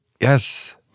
Yes